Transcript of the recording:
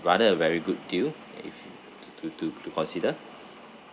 rather a very good deal if to to to to consider